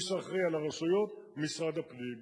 מי שאחראי לרשויות, משרד הפנים.